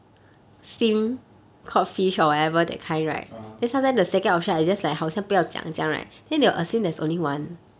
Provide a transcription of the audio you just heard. (uh huh)